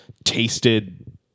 Tasted